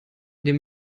dem